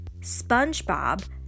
SpongeBob